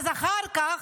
אז אחר כך,